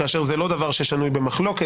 כאשר זה לא דבר ששנוי במחלוקת.